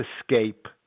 escape